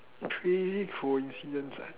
crazy coincidence ah